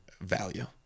value